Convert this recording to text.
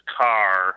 car